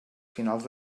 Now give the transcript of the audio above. finals